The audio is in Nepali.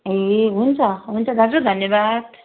ए हुन्छ हुन्छ दाजु धन्यवाद